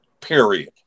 period